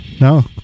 No